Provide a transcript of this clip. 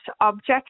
object